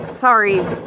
Sorry